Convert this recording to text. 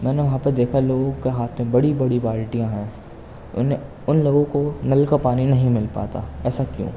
میں نے وہاں پر دیکھا لوگوں کے ہاتھوں میں بڑی بڑی بالٹیاں ہیں ان ان لوگوں کو نل کا پانی نہیں مل پاتا ایسا کیوں